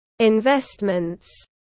Investments